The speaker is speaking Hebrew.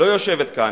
לא יושבת כאן.